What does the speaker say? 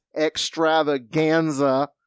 extravaganza